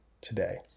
today